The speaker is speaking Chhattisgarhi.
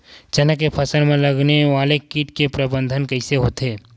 चना के फसल में लगने वाला कीट के प्रबंधन कइसे होथे?